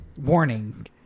Warning